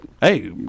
Hey